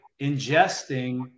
ingesting